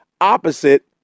opposite